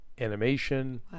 animation